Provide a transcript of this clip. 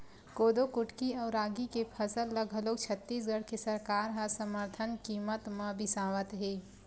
कोदो कुटकी अउ रागी के फसल ल घलोक छत्तीसगढ़ के सरकार ह समरथन कीमत म बिसावत हे